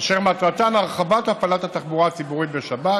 אשר מטרתן היא להרחיב הפעלת התחבורה הציבורית בשבת